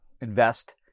invest